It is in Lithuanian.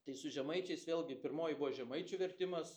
tai su žemaičiais vėlgi pirmoji buvo žemaičių vertimas